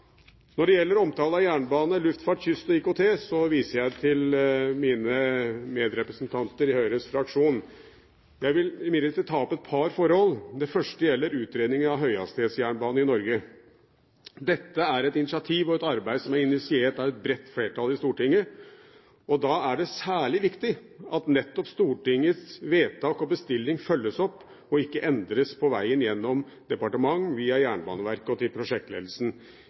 Når det gjelder omtale av jernbane, luftfart, kystfart og IKT, viser jeg til mine medrepresentanter i Høyres fraksjon. Jeg vil imidlertid ta opp et par forhold. Det første gjelder utredning av høyhastighetsjernbane i Norge. Dette er et initiativ og et arbeid som er initiert av et bredt flertall i Stortinget, og da er det særlig viktig at nettopp Stortingets vedtak og bestilling følges opp og ikke endres på vegen gjennom departement, via Jernbaneverket og til prosjektledelsen.